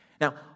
Now